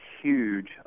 huge